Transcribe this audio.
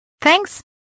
Thanks